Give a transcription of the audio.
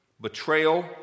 betrayal